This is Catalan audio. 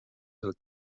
del